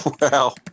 Wow